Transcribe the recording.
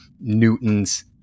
Newton's